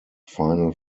final